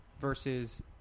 versus